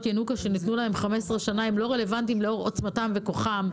ינוקא שניתנו להם 15 שנה הן לא רלוונטיות לאור עוצמתם וכוחם,